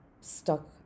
stuck